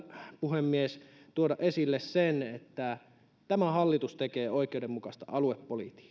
puhemies tuoda esille sen että tämä hallitus tekee oikeudenmukaista aluepolitiikkaa